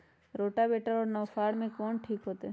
Rotavator और नौ फ़ार में कौन ठीक होतै?